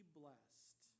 blessed